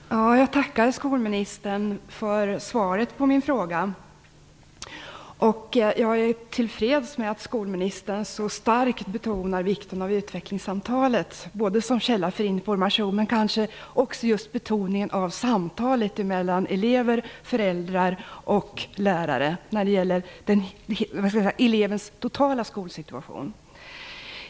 Fru talman! Jag tackar skolministern för svaret på min fråga. Jag är tillfreds med att skolministern så starkt betonar vikten av utvecklingssamtalet som källa för information. Jag är också tillfreds med just betoningen av hur viktigt samtalet mellan elever, föräldrar och lärare är när det gäller elevens totala skolsituation.